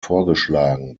vorgeschlagen